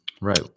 right